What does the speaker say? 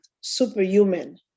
superhuman